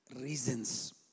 reasons